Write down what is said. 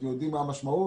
אתם יודעים מה המשמעות,